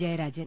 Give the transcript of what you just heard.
Jayarajan